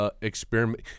Experiment